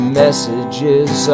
messages